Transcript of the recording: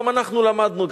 גם אנחנו למדנו,